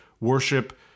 worship